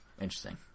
Interesting